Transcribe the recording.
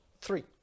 three